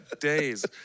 days